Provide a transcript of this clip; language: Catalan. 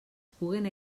puguen